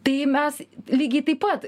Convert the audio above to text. tai mes lygiai taip pat